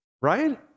right